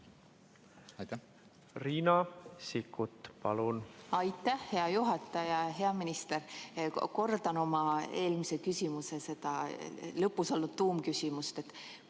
Riina Sikkut, palun! Aitäh, hea juhataja! Hea minister! Kordan oma eelmise küsimuse lõpus olnud tuumküsimust.